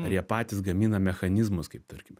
ir jie patys gamina mechanizmus kaip tarkim